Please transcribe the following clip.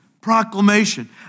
Proclamation